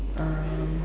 um